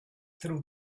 through